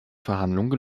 verhandlungen